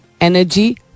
energy